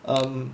um